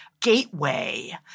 gateway